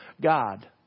God